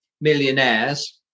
millionaires